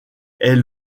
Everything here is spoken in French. est